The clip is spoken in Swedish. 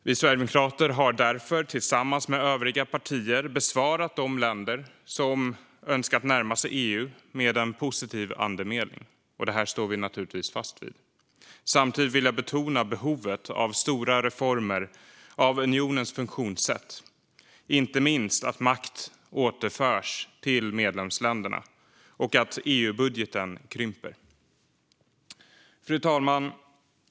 Vi sverigedemokrater har därför, tillsammans med övriga partier, besvarat de länder som önskat närma sig EU med en positiv andemening. Det står vi naturligtvis fast vid. Samtidigt vill jag betona behovet av stora reformer av unionens funktionssätt, inte minst att makt återförs till medlemsländerna och att EU-budgeten krymper. Fru talman!